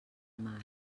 mar